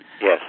Yes